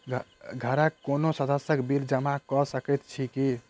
घरक कोनो सदस्यक बिल जमा कऽ सकैत छी की?